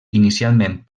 inicialment